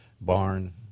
barn